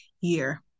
year